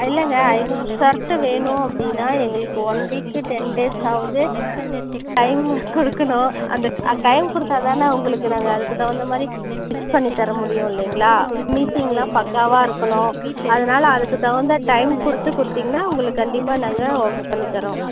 இல்லைங்க ஐந்நூறு ஷர்ட்டு வேணும் அப்படினா எங்களுக்கு ஒன் வீக் டென் டேஸ் ஆகுது டைமு கொடுக்குணும் அந்த டைம் கொடுத்தா தானே உங்களுக்கு நாங்கள் அதுக்கு தகுந்த மாதிரி ஸ்டிச் பண்ணி தர முடியும் இல்லைங்களா பினிஸிங்கெலாம் பக்காவாக இருக்கணும் அதனால் அதுக்கு தகுந்த டைம் கொடுத்து கொடுத்தீங்கனா உங்களுக்கு கண்டிப்பாக நாங்கள் ஒர்க் பண்ணித்தரோம்